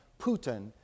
Putin